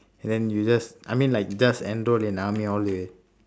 and then you just I mean like you just enroll in army all the way